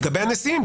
לגבי הנשיאים,